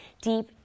deep